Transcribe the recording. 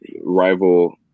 rival